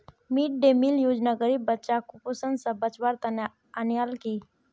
mid day meal योजना गरीब बच्चाक कुपोषण स बचव्वार तने अन्याल कि